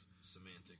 semantic